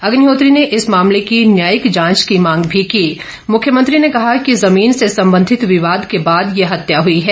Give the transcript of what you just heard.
अग्निहोत्री ने इस मामले की न्यायिक जांच की मांग भी मुख्यमंत्री ने कहा कि जमीन से संबंधित विवाद के बाद यह हत्या हुई है